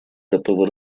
готовы